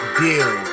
deal